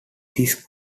this